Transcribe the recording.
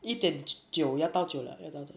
一点九要到九 liao 要到九 liao